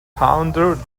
pondered